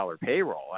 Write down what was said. payroll